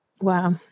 Wow